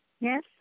Yes